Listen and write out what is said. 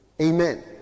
amen